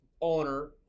owner